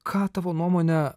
ką tavo nuomone